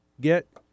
get